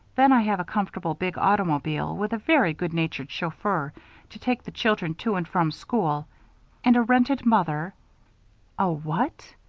then, i have a comfortable big automobile with a very good-natured chauffeur to take the children to and from school and a rented mother a what?